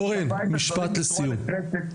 אורן משפט לסיום.